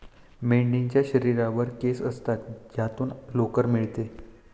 मेंढ्यांच्या शरीरावर केस असतात ज्यातून लोकर मिळते